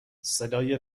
صدای